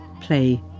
play